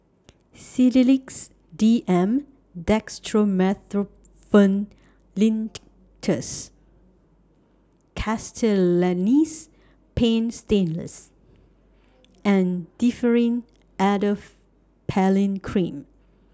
Sedilix D M Dextromethorphan Linctus Castellani's Paint Stainless and Differin Adapalene Cream